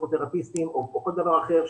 פסיכותרפיסטים או כל דבר אחר,